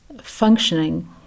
functioning